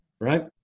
right